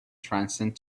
transcend